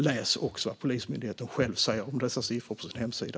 Läs också vad Polismyndigheten själv säger om dessa siffror på sin hemsida!